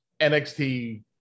NXT